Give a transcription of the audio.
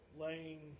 laying